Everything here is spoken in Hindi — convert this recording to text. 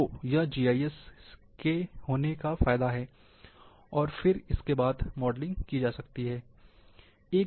तो यह जीआईएस के होने का फायदा है और फिर इसके बाद मॉडलिंग की जा सकती है